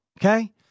Okay